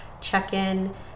check-in